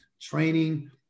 training